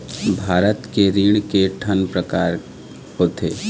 भारत के ऋण के ठन प्रकार होथे?